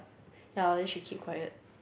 ya then she keep quiet